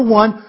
one